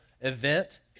event